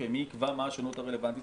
מי יקבע מה השונות הרלוונטית?